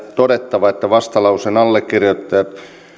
todettava että vastalauseen allekirjoittajat